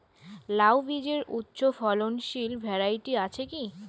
লাউ বীজের উচ্চ ফলনশীল ভ্যারাইটি আছে কী?